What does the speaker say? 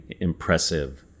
impressive